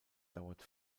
dauert